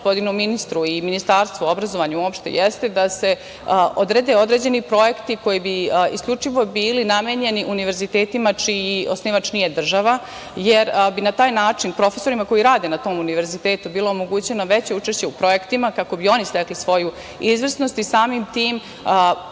i Ministarstvu obrazovanja uopšte, jeste da se odrede određeni projekti koji bi isključivo bili namenjeni univerzitetima čiji osnivač nije država, jer bi na taj način profesorima koji rade na tom univerzitetu bilo omogućeno veće učešće u projektima, kako bi oni stekli svoju izvrsnost i samim tim